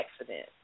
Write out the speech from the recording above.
accident